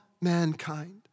mankind